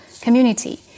community